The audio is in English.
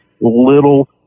little